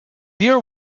beer